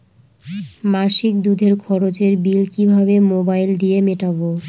মাসিক দুধের খরচের বিল কিভাবে মোবাইল দিয়ে মেটাব?